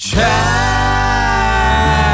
Try